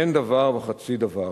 אין דבר וחצי דבר,